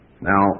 Now